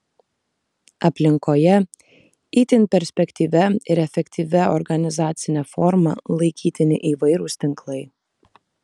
aplinkoje itin perspektyvia ir efektyvia organizacine forma laikytini įvairūs tinklai